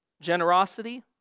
generosity